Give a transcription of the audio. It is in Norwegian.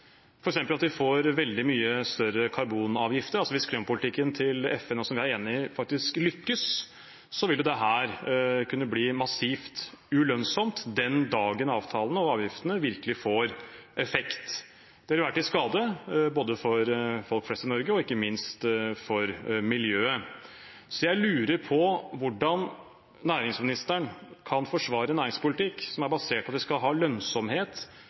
ved at vi får veldig mye større karbonavgifter – altså hvis klimapolitikken til FN, som vi er enig i, faktisk lykkes – vil dette kunne bli massivt ulønnsomt den dagen avtalene og avgiftene virkelig får effekt. Det vil være til skade både for folk flest i Norge og ikke minst for miljøet. Så jeg lurer på hvordan næringsministeren kan forsvare en næringspolitikk som er basert på at vi skal ha lønnsomhet